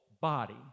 body